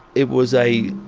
it was a,